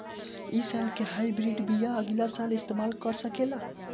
इ साल के हाइब्रिड बीया अगिला साल इस्तेमाल कर सकेला?